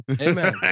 amen